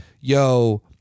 yo